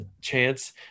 chance